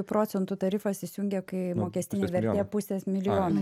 procentų tarifas įsijungia kai mokestinė vertė pusės milijono